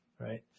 right